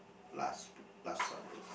last last supper